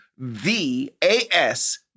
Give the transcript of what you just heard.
V-A-S